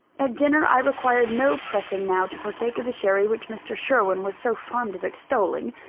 at dinner, i required no pressing now to partake of the sherry which mr. sherwin was so fond of extolling,